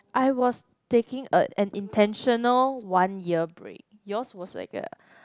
I was taking a an intentional one year break yours was like a